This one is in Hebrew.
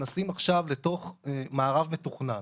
נכנסים עכשיו לתוך מארב מתוכנן.